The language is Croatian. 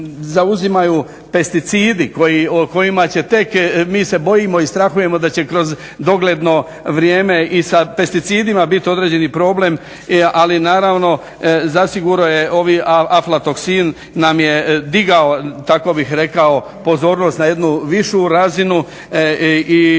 zauzimaju pesticidi o kojima će tek mi se bojimo i strahujemo da će kroz dogledno vrijeme i sa pesticidima bit određeni problem. Ali naravno zasigurno je ovi aflatoksin nam je digao tako bih rekao pozornost na jednu višu razinu i